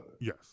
Yes